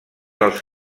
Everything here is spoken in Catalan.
els